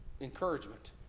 encouragement